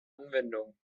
anwendung